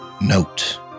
note